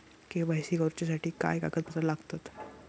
KYC करूच्यासाठी काय कागदपत्रा लागतत?